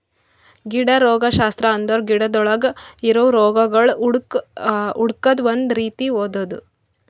ಗಿಡ ರೋಗಶಾಸ್ತ್ರ ಅಂದುರ್ ಗಿಡಗೊಳ್ದಾಗ್ ಇರವು ರೋಗಗೊಳ್ ಹುಡುಕದ್ ಒಂದ್ ರೀತಿ ಓದದು